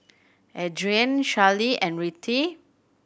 Adrianne Charley and Rettie